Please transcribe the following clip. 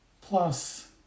Plus